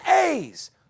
A's